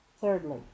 Thirdly